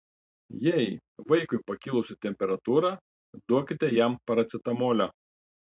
jei vaikui pakilusi temperatūra duokite jam paracetamolio